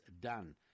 done